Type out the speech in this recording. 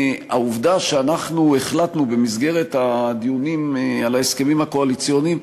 העובדה שאנחנו החלטנו במסגרת הדיונים על ההסכמים הקואליציוניים,